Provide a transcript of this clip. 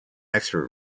expert